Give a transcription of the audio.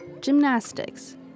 gymnastics